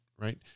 right